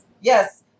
Yes